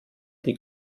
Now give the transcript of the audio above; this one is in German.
die